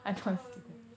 oh okay